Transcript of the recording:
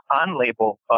on-label